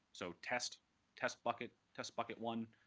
so test test bucket, test bucket one,